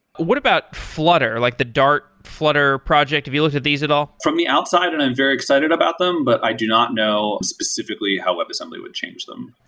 what about flutter, like the dart flutter project? have you looked at these at all? from the outside, and i'm very excited about them. but i do not know specifically how webassembly would change them.